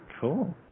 Cool